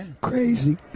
crazy